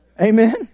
Amen